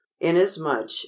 inasmuch